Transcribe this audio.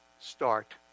start